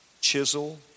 chisel